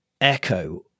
echo